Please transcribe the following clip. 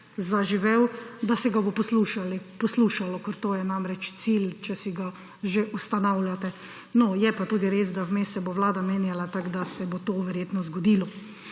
zaživel, da se ga bo poslušalo, ker to je namreč cilj, če si ga že ustanavljate. No, je pa tudi res, da vmes se bo vlada menjala, tako da se bo to verjetno zgodilo.